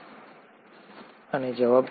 તો આ ભિન્નતા કેવી રીતે થાય છે